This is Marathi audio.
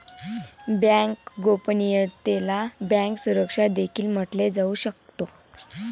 बँक गोपनीयतेला बँक सुरक्षा देखील म्हटले जाऊ शकते